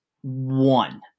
one